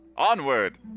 Onward